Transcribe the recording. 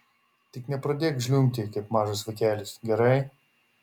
tik nepradėk žliumbti kaip mažas vaikelis gerai